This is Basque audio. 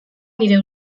nire